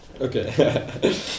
Okay